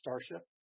Starship